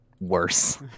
worse